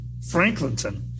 Franklinton